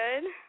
good